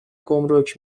گمرک